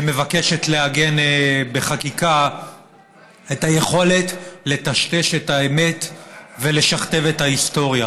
שמבקשת לעגן בחקיקה את היכולת לטשטש את האמת ולשכתב את ההיסטוריה.